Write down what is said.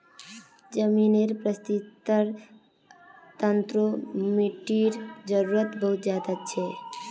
ज़मीनेर परिस्थ्तिर तंत्रोत मिटटीर जरूरत बहुत ज़्यादा छे